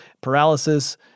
paralysis